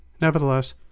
Nevertheless